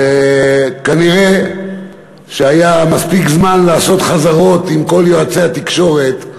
וכנראה שהיה מספיק זמן לעשות חזרות עם כל יועצי התקשורת.